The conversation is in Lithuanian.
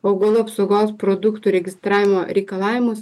augalų apsaugos produktų registravimo reikalavimus